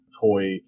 toy